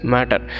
Matter